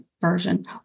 version